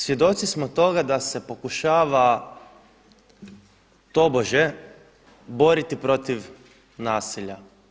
Svjedoci smo toga da se pokušava tobože boriti protiv nasilja.